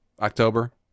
October